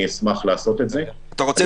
אני אשמח לעשות את זה --- אתה רוצה